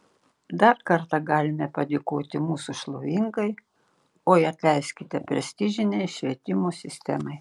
dar kartą galime padėkoti mūsų šlovingai oi atleiskite prestižinei švietimo sistemai